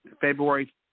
February